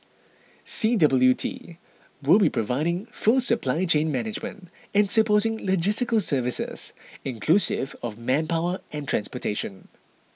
C W T will be providing full supply chain management and supporting logistical services inclusive of manpower and transportation